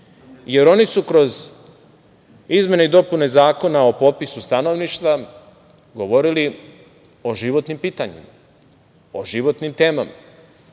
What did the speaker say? jer oni su kroz izmene i dopune Zakona o popisu stanovništva govorili o životnim pitanjima, o životnim temama. Kolega